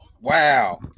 Wow